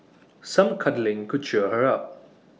some cuddling could cheer her up